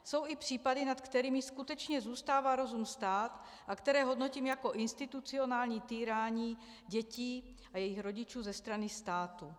Jsou i případy, nad kterými skutečně zůstává rozum stát a které hodnotím jako institucionální týrání dětí a jejich rodičů ze strany státu.